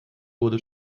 wurde